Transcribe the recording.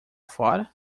fora